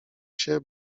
się